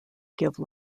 give